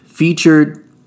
featured